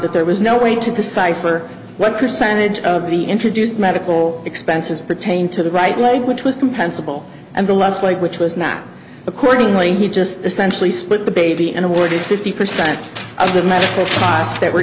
that there was no way to decipher what percentage of the introduced medical expenses pertaining to the right leg which was compensable and the left leg which was not accordingly he just essentially split the baby and awarded fifty percent of the medical costs that were